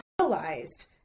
realized